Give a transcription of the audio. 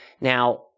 now